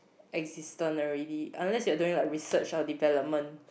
existent already unless you are doing like research or development